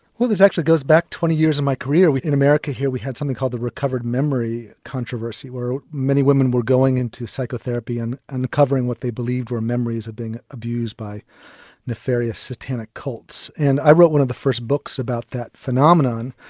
well this actually goes back twenty years in my career. in america here we had something called the recovered memory controversy where many women were going into psychotherapy and and recovering what they believed were memories of being abused by nefarious satanic cults, and i wrote one of the first books about that phenomenon,